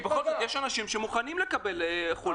בכל זאת יש אנשים שמוכנים לקבל חולים.